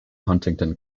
huntingdon